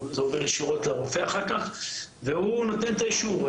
זה עובר ישירות לרופא אחר כך והוא נותן את האישור.